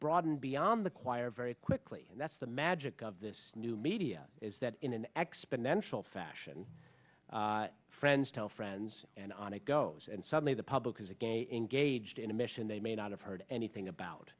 beyond the choir very quickly and that's the magic of this new media is that in an exponential fashion friends tell friends and on it goes and suddenly the public is again engaged in a mission they may not have heard anything about